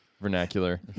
vernacular